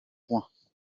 points